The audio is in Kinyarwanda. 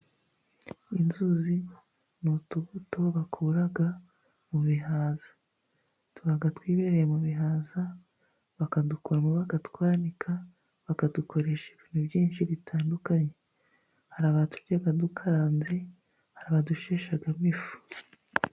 Inzuzi ni utubuto bakura mu bihaza. Tuba twibereye mu bihaza bakadukuramo, bagatwanika, bakadukoresha ibintu byinshi bitandukanye. Hari abaturya dukaranze, hari abadusheshamo ifu.